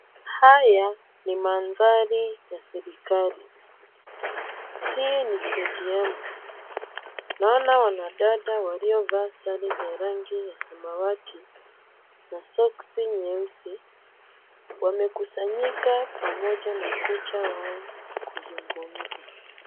Haya ni mandhari ya serikali. Hii ni stadium . Naona wanadada waliovaa sare za rangi ya samawati na soksi nyeusi wamekusanyika pamoja na kocha wao kuzungumza.